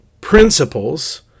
principles